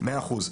מאה אחוז.